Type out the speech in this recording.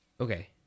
Okay